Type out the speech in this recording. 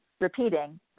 repeating